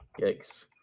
Yikes